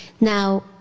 Now